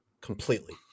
Completely